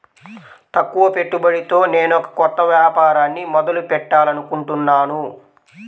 తక్కువ పెట్టుబడితో నేనొక కొత్త వ్యాపారాన్ని మొదలు పెట్టాలనుకుంటున్నాను